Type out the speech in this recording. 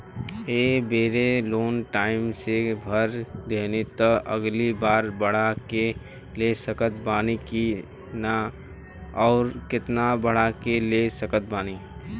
ए बेर loan time से भर देहम त अगिला बार बढ़ा के ले सकत बानी की न आउर केतना बढ़ा के ले सकत बानी?